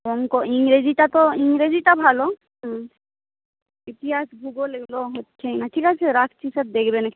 অঙ্ক ইংরেজিটা তো ইংরেজিটা ভালো হুম ইতিহাস ভূগোল এগুলো হচ্ছেই না ঠিক আছে রাখছি স্যার দেখবেন একটু